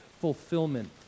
fulfillment